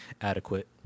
adequate